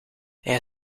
hij